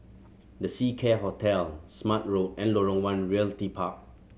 The Seacare Hotel Smart Road and Lorong One Realty Park